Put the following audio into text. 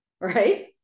Right